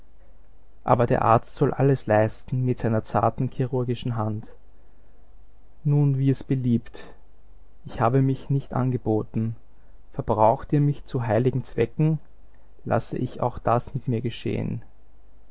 aber der arzt soll alles leisten mit seiner zarten chirurgischen hand nun wie es beliebt ich habe mich nicht angeboten verbraucht ihr mich zu heiligen zwecken lasse ich auch das mit mir geschehen